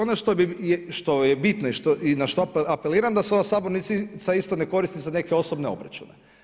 Ono što je bitno i na što apeliram da se ova sabornica isto ne koristi za neke osobne obračune.